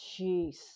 Jeez